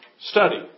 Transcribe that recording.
study